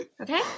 Okay